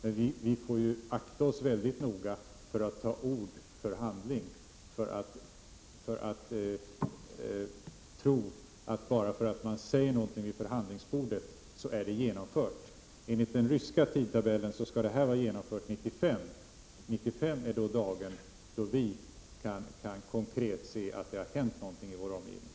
Men vi får akta oss väldigt noga för att ta ord för handling, för att tro att det man talade om vid förhandlingsbordet blir genomfört. Enligt den ryska tidtabellen skall det vi nu talar om vara genomfört 1995. Det är alltså vid den tidpunkten som vi konkret kan se att det har hänt någonting i vår omgivning.